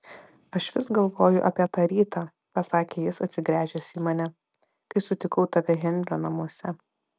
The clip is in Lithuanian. aš vis galvoju apie tą rytą pasakė jis atsigręžęs į mane kai sutikau tave henrio namuose